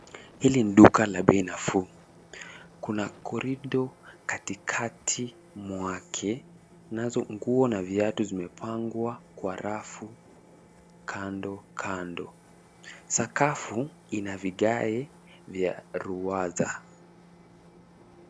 Hili ni duka duka la bei nafuu. Kuna (cs)corridor(cs) katikati mwake. Nazo nguo na viatu vimepangwa kwa rafu kando kando. Sakafu ina vigae vya ruwaza.